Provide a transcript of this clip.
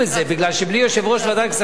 כי בלי יושב-ראש ועדת כספים,